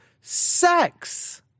sex